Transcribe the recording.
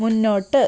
മുന്നോട്ട്